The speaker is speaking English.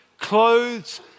clothes